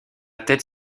tête